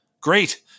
Great